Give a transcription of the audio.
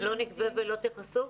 ‏לא נגבה ולא תכסו?